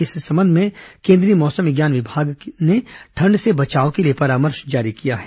इस संबंध में केंद्रीय मौसम विज्ञान विभाग ने ठंड से बचाव के लिए परामर्श जारी किया है